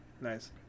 Nice